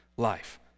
life